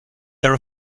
there